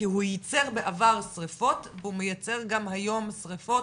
כי הוא ייצר בעבר שריפות והוא מייצר גם היום שריפות,